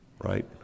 right